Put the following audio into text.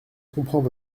comprends